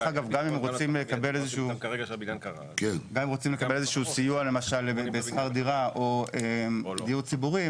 גם אם הם רוצים לקבל איזשהו סיוע בשכר דירה או בדיור ציבורי,